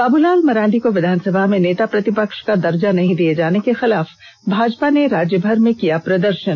बाबूलाल मरांडी को विधानसभा में नेता प्रतिपक्ष का दर्जा नहीं दिए जाने के खिलाफ भाजपा ने राज्यभर में किया प्रदर्षन